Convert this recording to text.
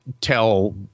tell